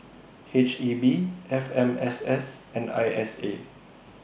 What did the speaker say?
H E B F M S S and I S A